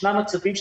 ישנם מצבים,